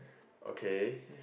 okay